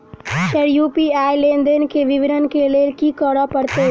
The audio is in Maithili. सर यु.पी.आई लेनदेन केँ विवरण केँ लेल की करऽ परतै?